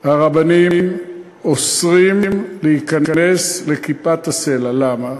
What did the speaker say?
הרבנים אוסרים להיכנס לכיפת-הסלע, למה?